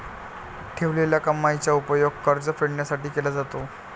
ठेवलेल्या कमाईचा उपयोग कर्ज फेडण्यासाठी केला जातो